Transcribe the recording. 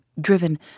driven